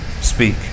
Speak